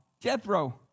Jethro